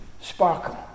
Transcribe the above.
sparkle